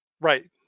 right